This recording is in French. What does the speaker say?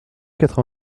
quatre